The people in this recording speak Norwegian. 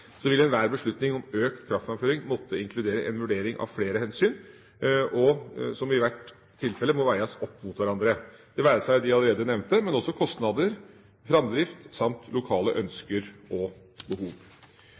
vil enhver beslutning om økt kraftframføring måtte inkludere en vurdering av flere hensyn, som i hvert tilfelle må veies opp mot hverandre – det være seg de allerede nevnte, men også kostnader, framdrift samt lokale ønsker og behov.